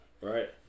right